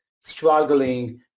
struggling